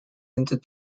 into